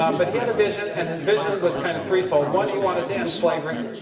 um but he had a vision and his vision was kind of threefold. one, he wanted to end slavery.